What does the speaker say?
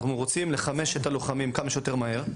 אנחנו רוצים לחמש את הלוחמים כמה שיותר מהר.